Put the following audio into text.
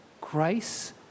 grace